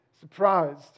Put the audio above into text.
surprised